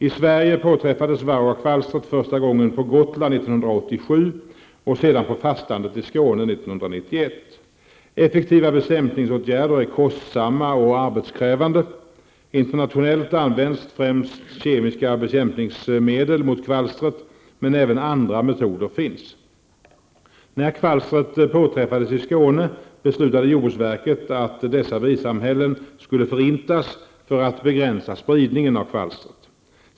I Sverige påträffades varroakvalstret första gången på Gotland 1987 och sedan på fastlandet i Skåne 1991. Effektiva bekämpningsåtgärder är kostsamma och arbetskrävande. Internationellt används främst kemiska bekämpningsmedel mot kvalstret, men även andra metoder finns. När kvalstret påträffades i Skåne beslutade jordbruksverket att dessa bisamhällen skulle förintas för att begränsa spridningen av kvalstret.